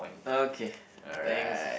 okay thanks